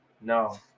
no